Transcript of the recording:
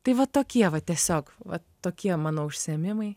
tai va tokie va tiesiog vat tokie mano užsiėmimai